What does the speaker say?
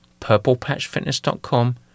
purplepatchfitness.com